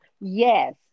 yes